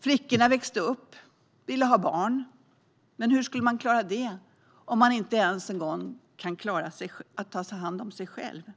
Flickorna växte upp och ville ha barn. Men hur skulle de klara det när de inte ens kunde ta hand om sig själva?